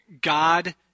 God